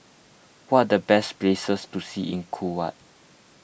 what are the best places to see in Kuwait